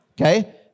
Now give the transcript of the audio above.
Okay